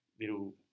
little